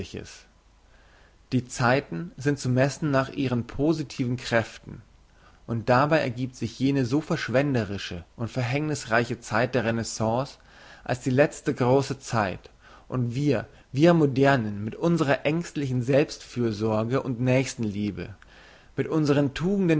die zeiten sind zu messen nach ihren positiven kräften und dabei ergiebt sich jene so verschwenderische und verhängnissreiche zeit der renaissance als die letzte grosse zeit und wir wir modernen mit unsrer ängstlichen selbst fürsorge und nächstenliebe mit unsren tugenden